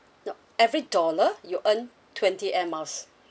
nope every dollar you earn twenty air miles